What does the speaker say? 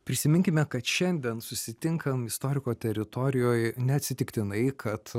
prisiminkime kad šiandien susitinkam istoriko teritorijoj neatsitiktinai kad